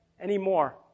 anymore